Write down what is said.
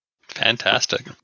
fantastic